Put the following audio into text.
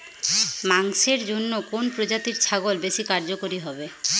মাংসের জন্য কোন প্রজাতির ছাগল বেশি কার্যকরী হবে?